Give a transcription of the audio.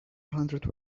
hundred